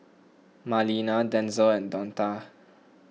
Marlena Denzel and Donta